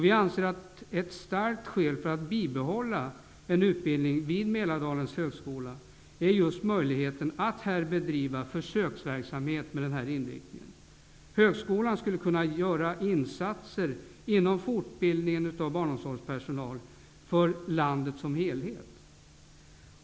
Vi anser att ett starkt skäl för att bibehålla utbildningen vid Mälardalens högskola är just möjligheten att här bedriva försöksverksamhet med denna inriktning. Högskolan skulle här kunna göra insatser även inom fortbildningen av barnomsorgspersonal för landet som helhet.''